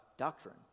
doctrine